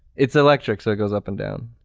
it's electric, so, it goes up and down.